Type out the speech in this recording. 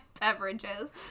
beverages